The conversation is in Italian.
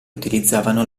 utilizzavano